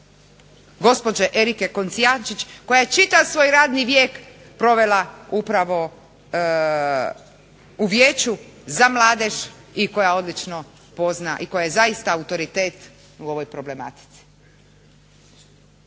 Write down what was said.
gospođe Erike Kocijančić koja je čitav svoj radni vijek provela u Vijeću za mladež i koja odlično pozna i koja je zaista autoritet u ovoj problematici.